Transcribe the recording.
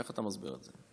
איך אתה מסביר את זה?